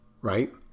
right